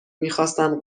میخاستن